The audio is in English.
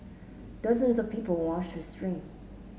dozens of people watched her stream